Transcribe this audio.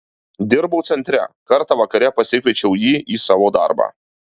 dirbau centre kartą vakare pasikviečiau jį į savo darbą